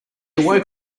awoke